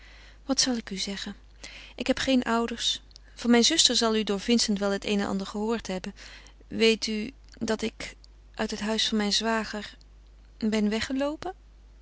wat zal ik u zeggen ik heb geen ouders van mijn zuster zal u door vincent wel het een en ander gehoord hebben weet u dat ik uit het huis van mijn zwager ben weggeloopen